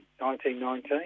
1919